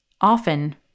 Often